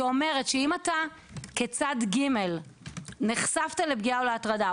האומרת שאם אתה כצד ג' נחשפת לפגיעה או להטרדה,